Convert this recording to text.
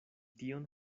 tion